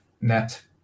net